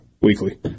weekly